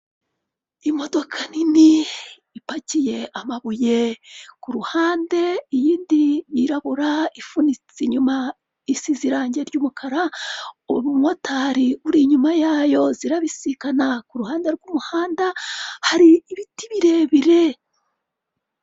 Imodoka nini ipakiye amabuye kuruhande iyindi yirabura ifunitse inyuma isize irangi ry'umukara, umumotari uri inyuma yayo zirabisikana kuruhande rw'umuhanda hari ibiti birebire.